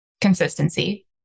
consistency